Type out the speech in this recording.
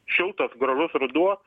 šiltas gražus ruduo